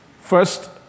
first